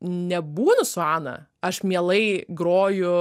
nebūnu su ana aš mielai groju